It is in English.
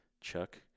Chuck